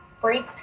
break